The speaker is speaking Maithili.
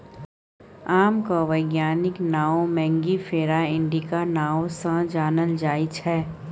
आमक बैज्ञानिक नाओ मैंगिफेरा इंडिका नाओ सँ जानल जाइ छै